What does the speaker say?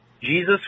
Jesus